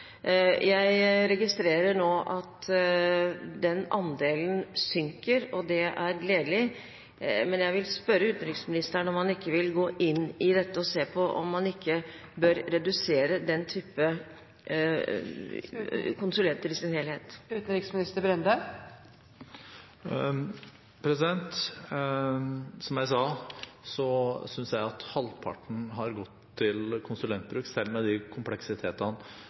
Jeg registrerer nå at den andelen synker, og det er gledelig, men jeg vil spørre utenriksministeren om han vil gå inn i dette og se på hvorvidt man bør redusere bruken av denne typen konsulenter i sin helhet. Som jeg sa, synes jeg at det at halvparten har gått til konsulentbruk, og at halvparten av det igjen har gått til kapasitetsbygging – selv med